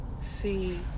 see